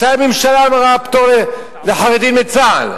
מתי הממשלה אמרה, פטור לחרדים מצה"ל?